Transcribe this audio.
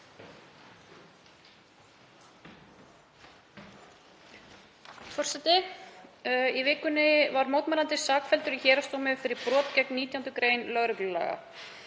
Forseti. Í vikunni var mótmælandi sakfelldur í héraðsdómi fyrir brot gegn 19. gr. lögreglulaga.